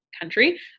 country